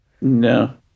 No